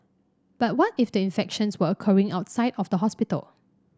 but what if the infections were occurring outside of the hospital